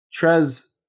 Trez